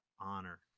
honor